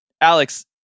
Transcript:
Alex